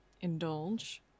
indulge